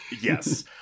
yes